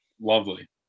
Lovely